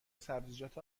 سبزیجات